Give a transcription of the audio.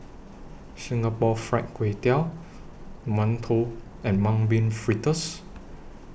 Singapore Fried Kway Tiao mantou and Mung Bean Fritters